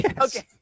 Okay